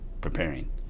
preparing